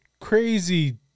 crazy